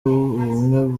ubumwe